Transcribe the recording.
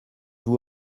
vous